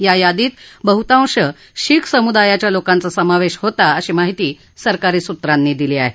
या यादीत बहुतांश शिख समुदायाच्या लोकांचा समावेश होता अशी माहिती सरकारी सुत्रांनी दिली आहे